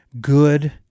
good